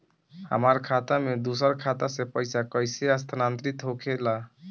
हमार खाता में दूसर खाता से पइसा कइसे स्थानांतरित होखे ला?